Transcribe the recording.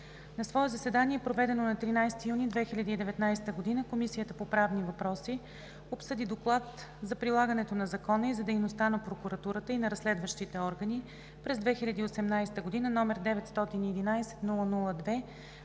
На свое заседание, проведено на 13 юни 2019 г., Комисията по правни въпроси обсъди Доклад за прилагането на закона и за дейността на Прокуратурата и на разследващите органи през 2018 г., № 911-00-2,